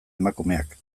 emakumeak